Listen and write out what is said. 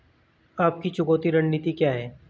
आपकी चुकौती रणनीति क्या है?